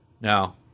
Now